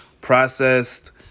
processed